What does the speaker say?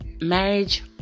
marriage